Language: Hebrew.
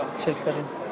תודה רבה,